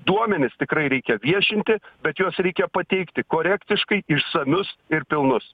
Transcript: duomenis tikrai reikia viešinti bet juos reikia pateikti korektiškai išsamius ir pilnus